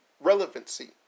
relevancy